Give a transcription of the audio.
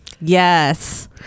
Yes